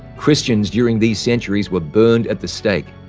christians during these centuries were burned at the stake,